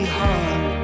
hard